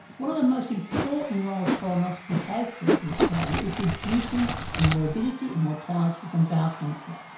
one of the most important roles colonoscopy has for us in australia is reducing the morbidity and mortality from bowel cancer.